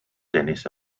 dennis